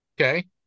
Okay